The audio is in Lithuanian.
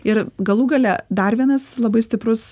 ir galų gale dar vienas labai stiprus